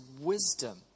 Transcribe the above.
wisdom